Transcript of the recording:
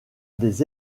des